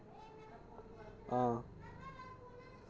हां